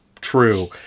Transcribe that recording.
true